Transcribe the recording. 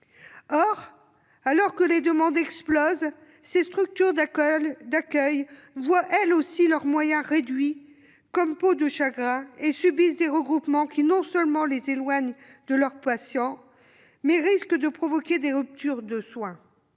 Or, alors que les demandes explosent, ces structures d'accueil voient, elles aussi, leurs moyens réduits comme peau de chagrin et elles subissent des regroupements qui non seulement les éloignent de leurs patients, mais risquent aussi de provoquer des ruptures de soins.